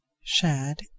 shad